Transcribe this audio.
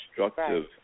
destructive